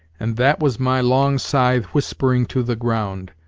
and that was my long scythe whispering to the ground.